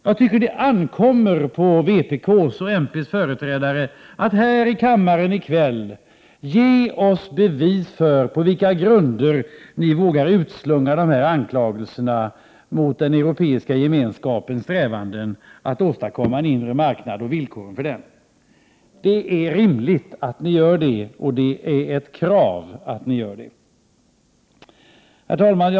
Det ankommer enligt min mening på vpk:s och mp:s företrädare att här i kammaren i kväll ge oss bevis för på vilka grunder ni vågar utslunga dessa anklagelser mot den europeiska gemenskapens strävanden att åstadkomma en inre marknad och villkoren för den. Det är rimligt att ni gör det, och det är också ett krav. Herr talman!